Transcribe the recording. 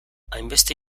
hainbeste